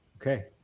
okay